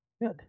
good